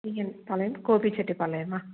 TN Palayam கோபிச்செட்டி பாளையமா